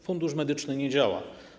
Fundusz Medyczny nie działa.